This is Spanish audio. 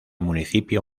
municipio